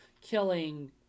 killing